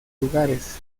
lugares